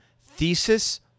thesis